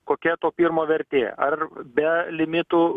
kokia to pirmo vertė ar be limitų